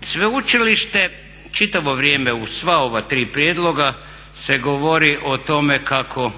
Sveučilište čitavo vrijeme u sva ova tri prijedloga se govori o tome kako